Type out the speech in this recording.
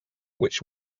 which